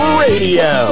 radio